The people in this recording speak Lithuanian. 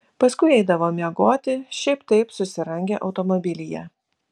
paskui eidavo miegoti šiaip taip susirangę automobilyje